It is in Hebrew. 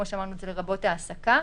לרבות העסקה.